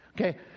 Okay